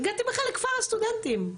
הגעתי לכפר הסטודנטים,